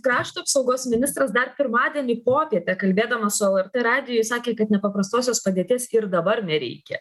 krašto apsaugos ministras dar pirmadienį popietę kalbėdamas su lrt radijui sakė kad nepaprastosios padėties ir dabar nereikia